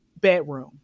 bedroom